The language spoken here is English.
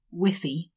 whiffy